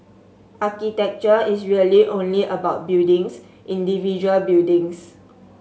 architecture is really only about buildings individual buildings